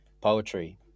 poetry